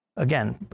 again